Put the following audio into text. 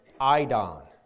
idon